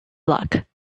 luck